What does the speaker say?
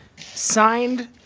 signed